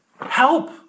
help